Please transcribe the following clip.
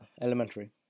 Elementary